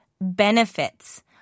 benefits